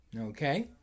Okay